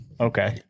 Okay